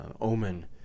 omen